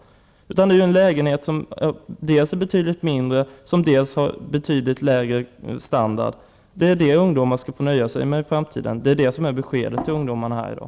I stället är det en lägenhet som dels är betydligt mindre, dels har betydligt lägre standard. Det är vad ungdomarna skall få nöja sig med i framtiden och vad som är beskedet till ungdomarna i dag.